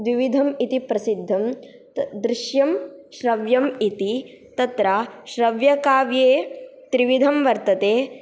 द्विविधम् इति प्रसिद्धं दृश्यं श्रव्यम् इति तत्र श्रव्यकाव्ये त्रिविधं वर्तते